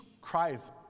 cries